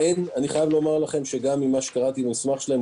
אני חייב לומר לכם שגם ממה שקראתי במסמך שלהם,